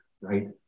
right